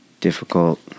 difficult